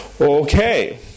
Okay